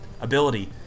ability